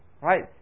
right